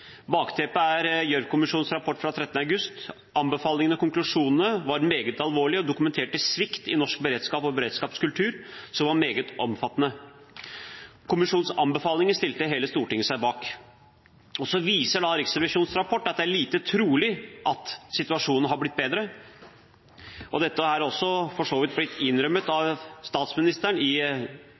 Bakteppet er Gjørv-kommisjonens rapport fra 13. august 2012. Anbefalingene og konklusjonene var meget alvorlige og dokumenterte svikt i norsk beredskap og beredskapskultur som var meget omfattende. Kommisjonens anbefalinger stilte hele Stortinget seg bak. Riksrevisjonens rapport viser at det er lite trolig at situasjonen har blitt bedre. Dette er for så vidt blitt innrømmet av statsministeren i